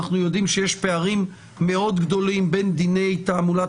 אנחנו יודעים שיש פערים מאוד גדולים בין דיני תעמולת